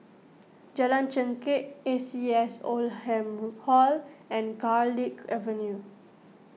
Jalan Chengkek A C S Oldham Hall and Garlick Avenue